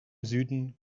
süden